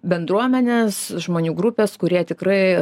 bendruomenės žmonių grupės kurie tikrai